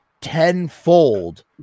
tenfold